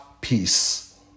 peace